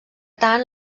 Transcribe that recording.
tant